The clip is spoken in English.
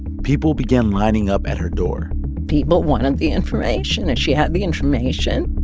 people began lining up at her door people wanted the information, and she had the information